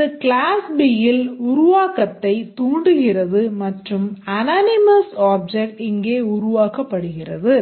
இது class Bயில் உருவாக்கத்தைத் தூண்டுகிறது மற்றும் anonymous object இங்கே உருவாக்கப்படுகிறது